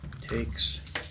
takes